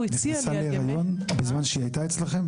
נכנסה להריון בזמן שהיא הייתה אצלכם?